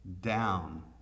down